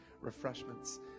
refreshments